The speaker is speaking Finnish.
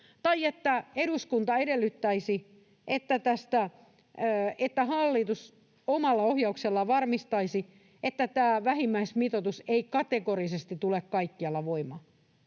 tai että eduskunta edellyttäisi, että hallitus omalla ohjauksellaan varmistaisi, että tämä vähimmäismitoitus ei kategorisesti tule kaikkialla voimaan.